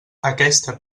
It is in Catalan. aquesta